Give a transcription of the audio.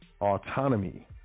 autonomy